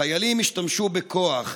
החיילים השתמשו בכוח,